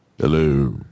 Hello